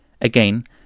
Again